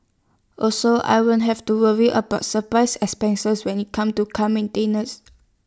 also I won't have to worry about surprise expenses when IT comes to car maintenance